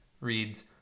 Reads